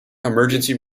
emergency